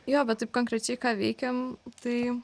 jo bet taip konkrečiai ką veikiam tai